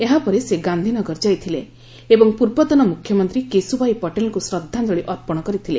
ଏହାପରେ ସେ ଗାନ୍ଧିନଗର ଯାଇଥିଲେ ଏବଂ ପୂର୍ବତନ ମୁଖ୍ୟମନ୍ତ୍ରୀ କେଶୁଭାଇ ପଟେଲଙ୍କୁ ଶ୍ରଦ୍ଧାଞ୍ଚଳି ଅର୍ପଣ କରିଥିଲେ